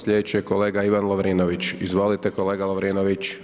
Slijedeći je kolega Ivan Lovrinović, izvolite kolega Lovrinović.